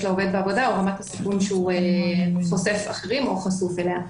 שלעובד בעבודה או רמת הסיכון שהוא חושף אליה אחרים או חשוף אליה.